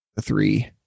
three